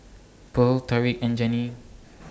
Purl Tariq and Janie